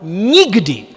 Nikdy!